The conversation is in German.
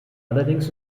allerdings